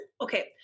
okay